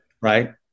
Right